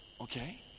okay